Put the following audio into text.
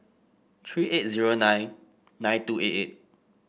three eight zero nine nine two eight eight